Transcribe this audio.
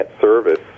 service